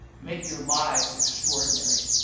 make your lives extraordinary.